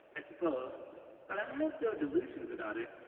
i suppose, but i have no delusions about it.